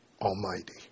Almighty